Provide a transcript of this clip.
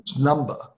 number